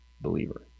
believer